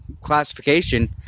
classification